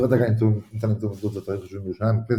בסביבת הגן ניתן למצוא מוסדות ואתרים חשובים בירושלים הכנסת;